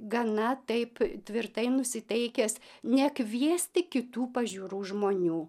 gana taip tvirtai nusiteikęs nekviesti kitų pažiūrų žmonių